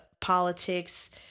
politics